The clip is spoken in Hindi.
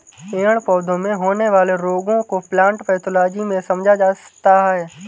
पेड़ पौधों में होने वाले रोगों को प्लांट पैथोलॉजी में समझा जाता है